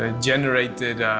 ah generated,